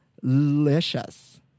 delicious